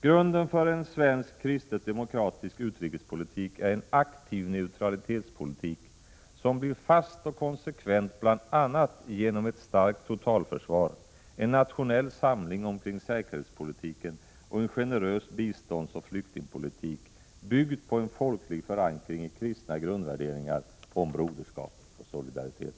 Grunden för en svensk kristet demokratisk utrikespolitik är en aktiv neutralitetspolitik, som blir fast och konsekvent bl.a. genom ett starkt totalförsvar, en nationell samling omkring säkerhetspolitiken och en generös biståndsoch flyktingpolitik, byggd på en folklig förankring i kristna grundvärderingar om broderskap och solidaritet.